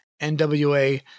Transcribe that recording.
NWA